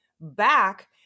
back